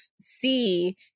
see